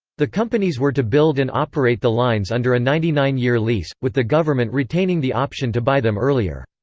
the companies were to build and operate the lines under a ninety nine year lease, with the government retaining the option to buy them earlier.